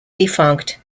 defunct